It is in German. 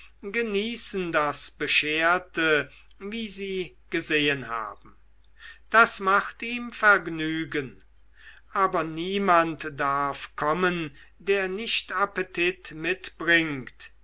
genießen das bescherte wie sie gesehen haben das macht ihm vergnügen aber niemand darf kommen der nicht appetit mitbringt